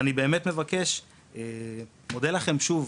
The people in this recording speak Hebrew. אני מבקש ומודה לכם שוב